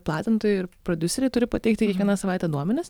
platintojai ir prodiuseriai turi pateikti kiekvieną savaitę duomenis